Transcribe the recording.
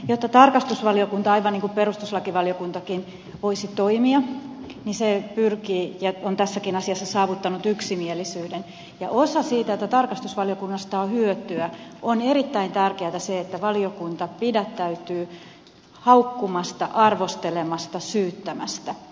jotta tarkastusvaliokunta aivan niin kuin perustuslakivaliokuntakin voisi toimia niin se pyrkii saavuttamaan ja on tässäkin asiassa saavuttanut yksimielisyyden ja siinä että tarkastusvaliokunnasta on hyötyä on erittäin tärkeätä se että valiokunta pidättäytyy haukkumasta arvostelemasta syyttämästä